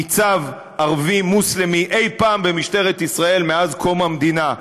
ניצב ערבי מוסלמי אי-פעם במשטרת ישראל מאז קום המדינה?